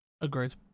agreed